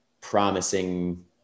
promising